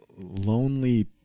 lonely